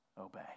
obey